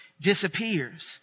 disappears